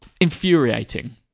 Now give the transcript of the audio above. infuriating